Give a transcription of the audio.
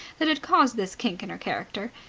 that had caused this kink in her character.